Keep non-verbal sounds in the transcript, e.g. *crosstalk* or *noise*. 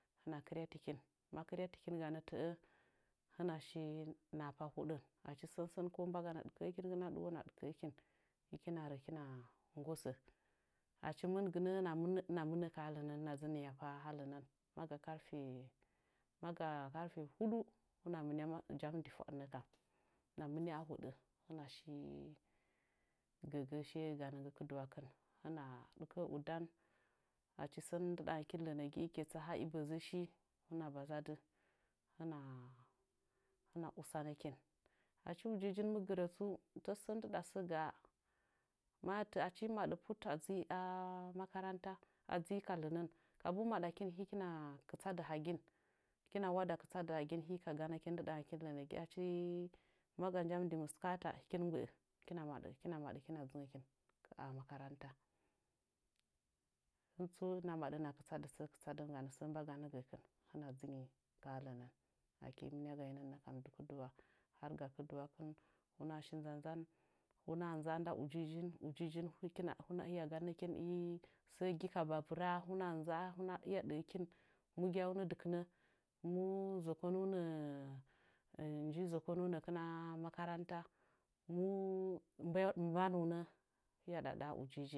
Hɨna kɨryatikin ma kɨryatikin hɨna shi nahapa hoɗən achi ko sən sən mbagana ɗɨkəkinkɨn a ɗuwo hɨna ɗɨkəkin hɨkina rə hɨkina nggosə achi mɨn gɨnə hɨna mɨnə ka ha lənən hɨna dzɨ nɨhapa ha lənən maga karfe maga karfe huɗu hɨna mɨnia jamdi fwaɗ nə kam hɨna mɨnia a hoɗə hɨna shi gəgə shiye ganə nggɨ kɨdɨwakin hɨna ɗɨkə'ə udan achi sən adɨɗangəki kɨtsə han i ɓəzəshi hɨna baza dɨ hɨna hɨna usanəkin achi ujijin mɨ gɨrə tsu tasə ndɨɗa sə ga'a maya tə'ə achi hɨm maɗə put a dzi a makaranta a dzɨ ka lənən kabu maɗakin kina kɨtsadɨ hagin kina wada kɨtsadɨ hagin hika ganəkin ndɨɗa ngəkɨn lənəgi achi maga jamdi mɨskata hɨkin mɨ mgbə'ə hɨkina maɗə kina dzɨngəkin ka a makaranta hɨntsu hɨna maɗə hɨna kɨstadɨn sə kɨtsadɨn ganə sə mbagana gəkɨn hɨn dzɨnyi kaha lənən aki mɨnia gainənnə kam dɨ kɨdɨwa harga kɨdɨwakɨn huna shi nza nzan huna nza'a nda ujijin ujijin kina huna ganəkin i sə gi kabavɨra ha huna nza'ahuna hɨya ɗəhəkin mu gyaunə dɨkɨnə mu zokonunə *hesitation* nji zokonunəkɨn a makaranta mu mba mbanunə hɨya ɗaɗaha ujijin